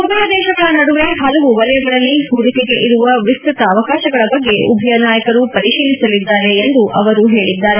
ಉಭಯ ದೇಶಗಳ ನಡುವೆ ಹಲವು ವಲಯಗಳಲ್ಲಿ ಹೂಡಿಕೆಗೆ ಇರುವ ವಿಸ್ತತ ಅವಕಾಶಗಳ ಬಗ್ಗೆ ಉಭಯ ನಾಯಕರು ಪರಿತೀಲಿಸಲಿದ್ದಾರೆ ಎಂದು ಅವರು ಹೇಳಿದ್ದಾರೆ